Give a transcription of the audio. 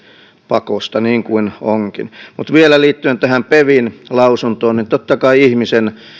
pakosta niin kuin onkin mutta vielä liittyen pevin lausuntoon totta kai ihmisen